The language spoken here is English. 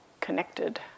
connected